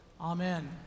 amen